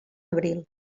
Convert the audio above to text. abril